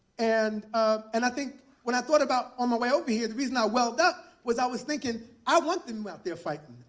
and and i think when i thought about on my way over here, the reason i welled up was i was thinking, i want them out there fighting.